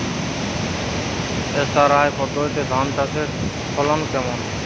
SRI পদ্ধতিতে ধান চাষের ফলন কেমন?